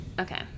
okay